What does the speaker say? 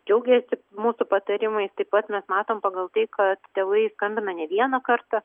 džiaugiasi mūsų patarimais taip pat mes matom pagal tai kad tėvai skambina ne vieną kartą